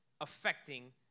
affecting